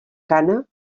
cana